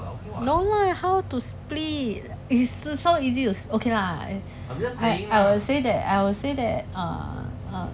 no lah how to split is so easy to sp~ okay lah I would say that I would say that err err